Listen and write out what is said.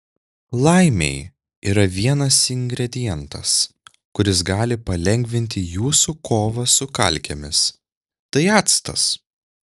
laimei yra vienas ingredientas kuris gali palengvinti jūsų kovą su kalkėmis tai actas